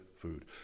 food